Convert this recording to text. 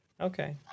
okay